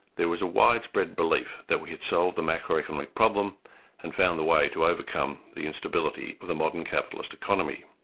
there was a widespread belief that we had solved the macro-economic problem and found the way to overcome the instability of the modern capitalist economy.